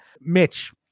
Mitch